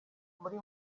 muri